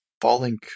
falling